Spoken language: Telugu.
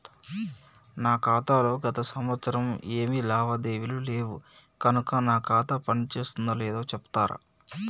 నా ఖాతా లో గత సంవత్సరం ఏమి లావాదేవీలు లేవు కనుక నా ఖాతా పని చేస్తుందో లేదో చెప్తరా?